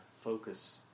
focus